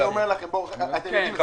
את האחריות.